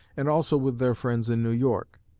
and also with their friends in new york.